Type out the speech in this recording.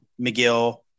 McGill